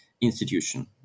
Institution